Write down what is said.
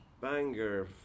banger